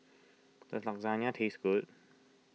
does Lasagna taste good